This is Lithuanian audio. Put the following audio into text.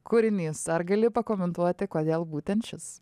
kūrinys ar gali pakomentuoti kodėl būtent šis